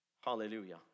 Hallelujah